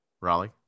Raleigh